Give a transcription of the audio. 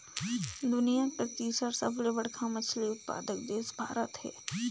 दुनिया कर तीसर सबले बड़खा मछली उत्पादक देश भारत हे